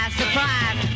surprise